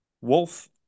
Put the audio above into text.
Wolf